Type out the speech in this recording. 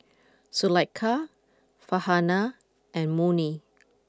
Zulaikha Farhanah and Murni